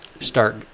start